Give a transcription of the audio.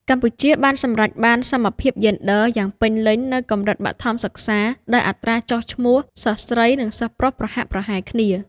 កម្ពុជាបានសម្រេចបានសមភាពយេនឌ័រយ៉ាងពេញលេញនៅកម្រិតបឋមសិក្សា ដោយអត្រាចុះឈ្មោះសិស្សស្រីនិងសិស្សប្រុសប្រហាក់ប្រហែលគ្នា។